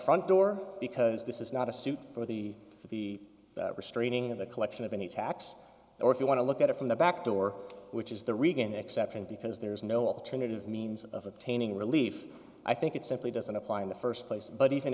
front door because this is not a suit for the for the restraining of the collection of any tax or if you want to look at it from the back door which is the reagan exception because there is no alternative means of obtaining relief i think it simply doesn't apply in the st place but even